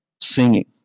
singing